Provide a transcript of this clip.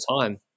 time